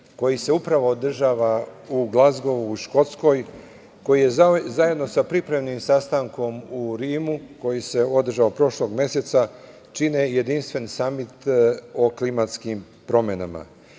koji se upravo održava u Glazgovu, u Škotskoj, koji zajedno sa pripremnim sastankom u Rimu, koji se održao prošlog meseca, čine jedinstven Samit o klimatskim promenama.